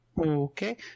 Okay